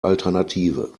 alternative